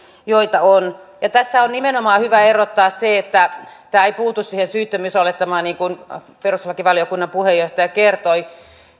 joita on tässä on nimenomaan hyvä erottaa se että tämä ei puutu siihen syyttömyysolettamaan niin kuin perustuslakivaliokunnan puheenjohtaja kertoi